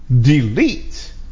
delete